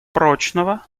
прочного